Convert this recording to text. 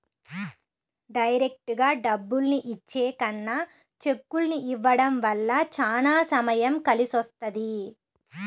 డైరెక్టుగా డబ్బుల్ని ఇచ్చే కన్నా చెక్కుల్ని ఇవ్వడం వల్ల చానా సమయం కలిసొస్తది